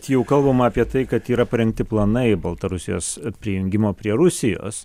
jau kalbama apie tai kad yra parengti planai baltarusijos prijungimo prie rusijos